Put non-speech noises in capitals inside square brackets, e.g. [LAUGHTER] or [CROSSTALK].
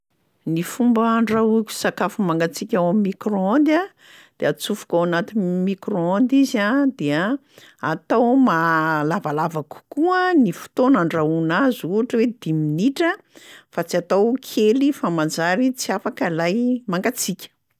Ny fomba handrahoiko sakafo mangatsiaka ao am'micro-ondes a: de atsofoka ao anatin'ny micro-ondes izy a, dia atao ma- [HESITATION] lavalava kokoa ny fotoana andrahoina azy ohatra hoe dimy minitra fa tsy atao kely fa manjary tsy afaka lay mangatsiaka.